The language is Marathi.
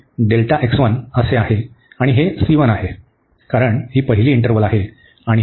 आणि हे आहे कारण ही पहिली इंटरवल आहे आणि ही